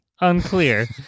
Unclear